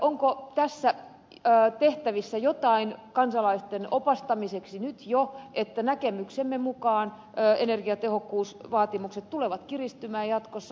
onko tässä tehtävissä jotain kansalaisten opastamiseksi jo nyt kun näkemyksemme mukaan energiatehokkuusvaatimukset tulevat kiristymään jatkossa